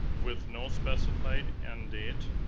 with no specified end date.